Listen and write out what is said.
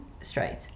straight